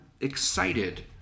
excited